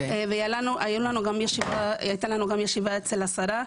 הייתה לנו גם ישיבה אצל השרה,